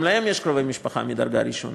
גם להם יש קרובי משפחה מדרגה ראשונה.